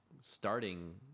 starting